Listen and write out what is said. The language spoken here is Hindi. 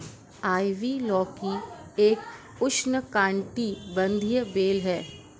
आइवी लौकी एक उष्णकटिबंधीय बेल है